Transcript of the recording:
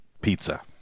pizza